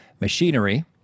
machinery